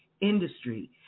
industry